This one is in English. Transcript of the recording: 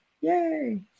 Yay